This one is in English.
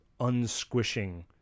unsquishing